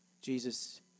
Jesus